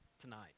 tonight